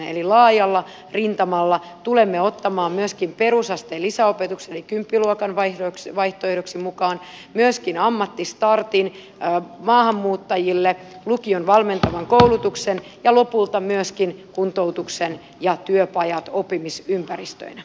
eli laajalla rintamalla tulemme ottamaan myöskin perusasteen lisäopetuksen eli kymppiluokan vaihtoehdoksi mukaan myöskin ammattistartin maahanmuuttajille lukion valmentavan koulutuksen ja lopulta myöskin kuntoutuksen ja työpajat oppimisympäristöinä